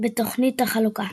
בתוכנית החלוקה.